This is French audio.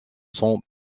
son